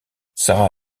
sarah